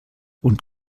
und